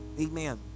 amen